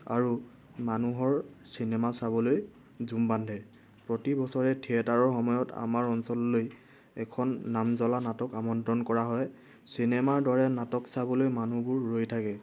আৰু মানুহৰ চিনেমা চাবলৈ জুম বান্ধে প্ৰতি বছৰে থিয়েটাৰৰ সময়ত আমাৰ অঞ্চললৈ এখন নাম জ্বলা নাটক আমন্ত্ৰণ কৰা হয় চিনেমাৰ দৰে নাটক চাবলৈ মানুহবোৰ ৰৈ থাকে